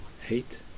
hate